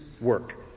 work